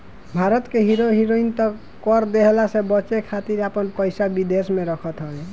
भारत के hero heroine त कर देहला से बचे खातिर आपन पइसा विदेश में रखत हवे